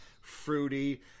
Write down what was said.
fruity